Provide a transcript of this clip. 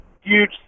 huge